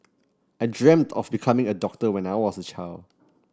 I dreamt of becoming a doctor when I was a child